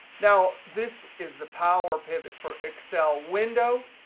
now this is the power pivot for excel window.